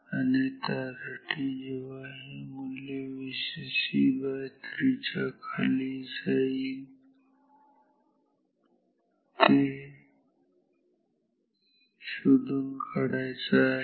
आणि त्यासाठी जेव्हा हे मूल्य Vcc3 च्या खाली जाईल ते शोधून काढायचा आहे